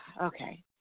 Okay